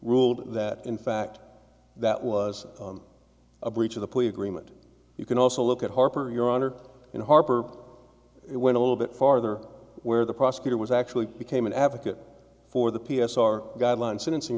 ruled that in fact that was a breach of the police agreement you can also look at harper your honor and harper it went a little bit farther where the prosecutor was actually became an advocate for the p s r guidelines sentencing